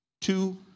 two